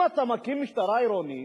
אם אתה מקים משטרה עירונית,